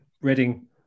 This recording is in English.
Reading